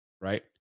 right